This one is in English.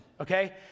okay